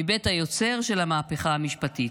מבית היוצר של המהפכה המשפטית.